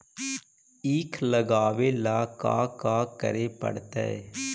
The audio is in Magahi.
ईख लगावे ला का का करे पड़तैई?